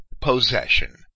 possession